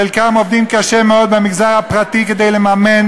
חלקם עובדים קשה מאוד במגזר הפרטי כדי לממן